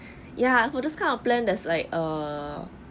ya for those kind of plan there's like err